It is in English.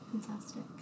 Fantastic